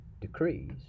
decrees